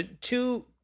two